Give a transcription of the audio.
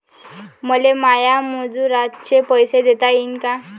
मले माया मजुराचे पैसे देता येईन का?